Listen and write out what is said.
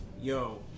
yo